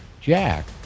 Jack